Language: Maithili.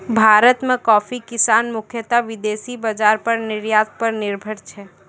भारत मॅ कॉफी किसान मुख्यतः विदेशी बाजार पर निर्यात पर निर्भर छै